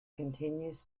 continues